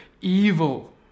evil